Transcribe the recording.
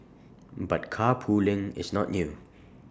but carpooling is not new